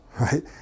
right